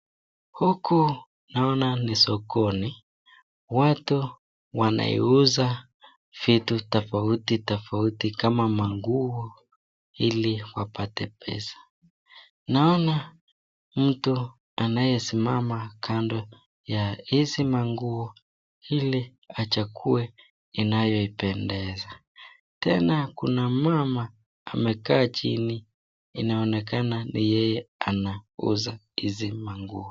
Huku naona ni sokoni, watu wanaiuza vitu tafauti tafauti kama manguo hili wapate pesa, naona mtu anayesimama kando ya hizi maguo hili achakue inayoipendeza, tena kuna mama amekaa chini inaonekana yeye anauza hizi maguo.